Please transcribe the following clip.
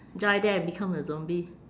join them become a zombie